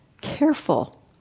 careful